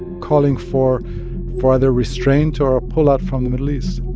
calling for further restraint or a pullout from the middle east